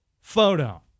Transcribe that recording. photo